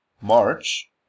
March